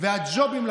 והאמיצים.